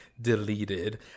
deleted